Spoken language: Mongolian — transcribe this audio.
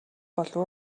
болов